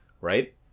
right